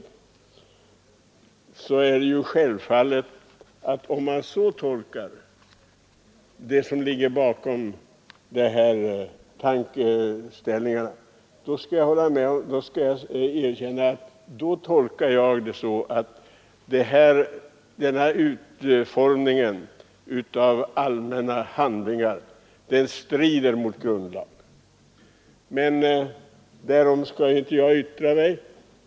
För mig är det självklart att den tolkning som här gjorts av domstolar av begreppet allmänna handlingar strider mot grundlagen, men därom skall inte jag yttra mig.